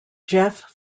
jeff